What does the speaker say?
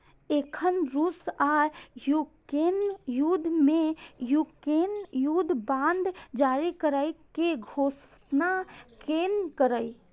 एखन रूस आ यूक्रेन युद्ध मे यूक्रेन युद्ध बांड जारी करै के घोषणा केलकैए